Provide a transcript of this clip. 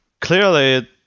clearly